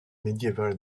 médiévale